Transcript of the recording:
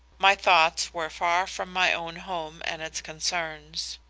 my thoughts were far from my own home and its concerns.